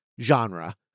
genre